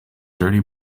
dirty